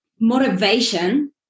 motivation